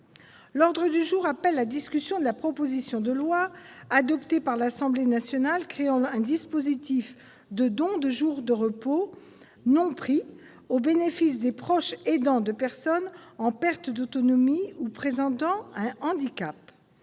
demande du groupe Union Centriste, de la proposition de loi, adoptée par l'Assemblée nationale, créant un dispositif de don de jours de repos non pris au bénéfice des proches aidants de personnes en perte d'autonomie ou présentant un handicap